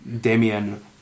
damien